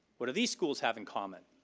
what do these schools have in common?